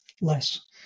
less